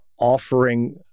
offering